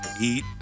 eat